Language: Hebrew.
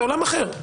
זה עולם אחר.